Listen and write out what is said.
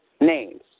names